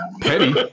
Petty